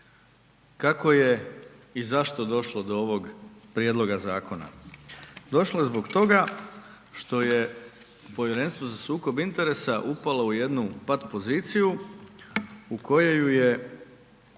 Kako je i zašto došlo do ovog prijedloga zakona? Došlo je zbog toga što je Povjerenstvo za sukob interesa upalo u jednu pat poziciju u koju ju je doveo